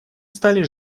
стали